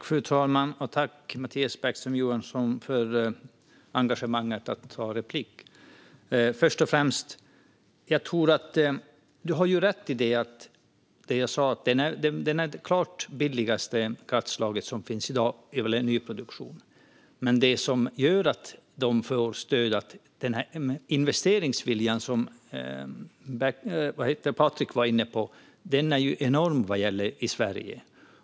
Fru talman! Tack, Mattias Bäckström Johansson, för engagemanget att ta replik! Jag tror att du har rätt i att vindkraften är det klart billigaste kraftslaget vad gäller nyproduktion. Men det som gör att man får stöd är investeringsviljan, som Patrik Engström var inne på. Den är enorm i Sverige.